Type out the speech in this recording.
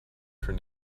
for